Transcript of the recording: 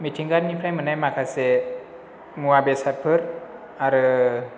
मिथिंगानिफ्राय मोननाय माखासे मुवा बेसादफोर आरो